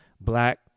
black